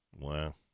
Wow